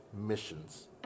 missions